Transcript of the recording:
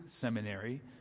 seminary